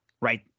Right